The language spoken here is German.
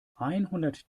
einhundert